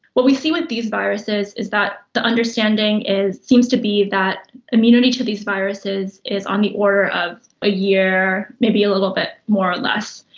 what we see with these viruses is that the understanding seems to be that immunity to these viruses is on the order of a year, maybe a little bit more or less,